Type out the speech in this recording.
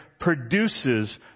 produces